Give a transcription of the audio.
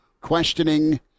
questioning